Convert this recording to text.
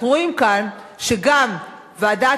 אנחנו רואים כאן שגם ועדת-טרכטנברג,